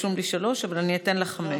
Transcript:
רשום לי שלוש, אבל אני אתן לך חמש.